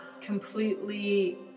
completely